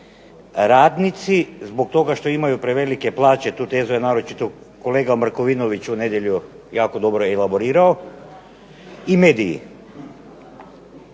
radnici zbog toga što imaju prevelike plaće, tu tezu je naročito kolega Markovinović u nedjelju jako dobro elaborirao i mediji.